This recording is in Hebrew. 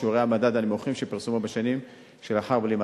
שיעורי המדד הנמוכים שפורסמו בשנים שלאחר בלימתה.